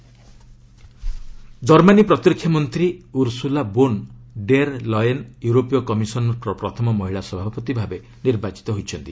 German ଇସି Germany ପ୍ରତିରକ୍ଷା ମନ୍ତ୍ରୀ ଉରସ୍ତଲା ବୋନ୍ ଡେର୍ ଲେୟେନ୍ ୟୁରୋପୀୟ କମିଶନ୍ର ପ୍ରଥମ ମହିଳା ସଭାପତି ଭାବେ ନିର୍ବାଚିତ ହୋଇଛନ୍ତି